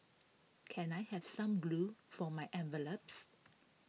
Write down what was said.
can I have some glue for my envelopes